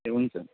ए हुन्छ